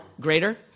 Greater